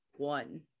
One